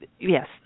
yes